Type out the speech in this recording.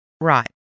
Right